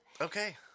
Okay